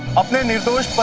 of me. and yes,